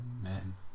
man